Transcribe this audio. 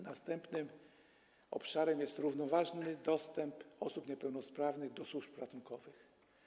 Następnym obszarem jest równoważny dostęp osób niepełnosprawnych do służb ratunkowych.